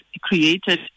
created